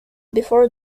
before